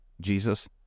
jesus